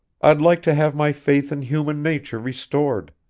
i'd like to have my faith in human nature restored.